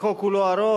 החוק הוא לא ארוך.